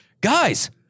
guys